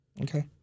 Okay